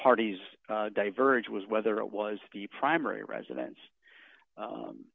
parties diverged was whether it was the primary residence